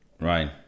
Right